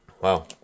Wow